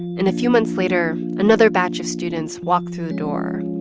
and a few months later, another batch of students walked through the door.